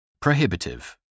Prohibitive